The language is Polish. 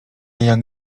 jak